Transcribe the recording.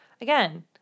again